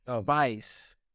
spice